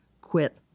quit